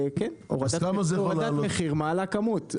הורדת מחיר מעלה כמות.